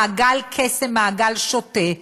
מעגל קסמים, מעגל שוטה,